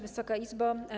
Wysoka Izbo!